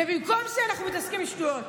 במקום זה אנחנו מתעסקים בשטויות.